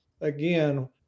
again